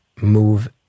move